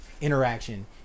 interaction